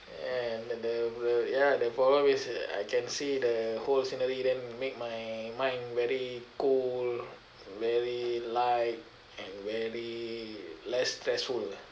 ya the the the ya the problem is I can see the whole scenery then make my mind very cool very light and very less stressful ah